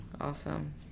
Awesome